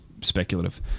speculative